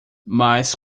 mas